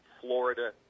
Florida